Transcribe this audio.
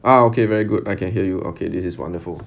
ah okay very good I can hear you okay this is wonderful